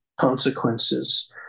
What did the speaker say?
consequences